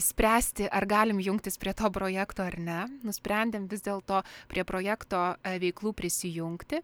spręsti ar galim jungtis prie to projekto ar ne nusprendėm vis dėl to prie projekto veiklų prisijungti